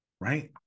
right